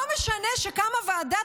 לא משנה שקמה ועדת